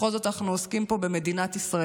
בכל זאת, אנחנו עוסקים פה במדינת ישראל.